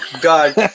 God